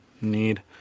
need